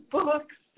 books